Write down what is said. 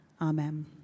Amen